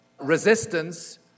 resistance